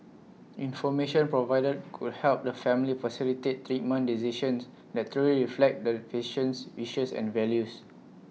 information provided could help the family facilitate treatment decisions that truly reflect the patient's wishes and values